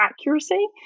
accuracy